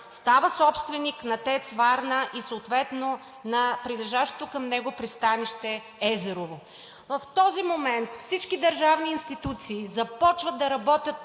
става собственик на „ТЕЦ Варна“, и съответно на прилежащото към него пристанище Езерово. В този момент всички държавни институции започват да работят